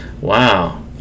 Wow